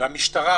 והמשטרה,